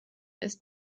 ist